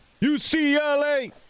UCLA